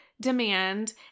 demand